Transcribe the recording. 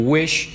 ：Wish